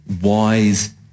wise